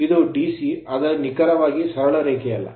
ಇದು DC ಆದರೆ ನಿಖರವಾಗಿ ಸರಳ ರೇಖೆಯಲ್ಲ